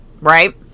right